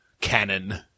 cannon